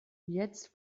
jetzt